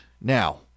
Now